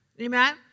Amen